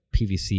pvc